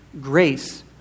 grace